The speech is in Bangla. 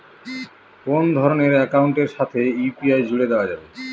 কোন ধরণের অ্যাকাউন্টের সাথে ইউ.পি.আই জুড়ে দেওয়া যাবে?